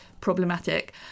problematic